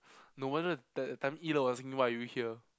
no wonder that time Ee Ler was asking why are you here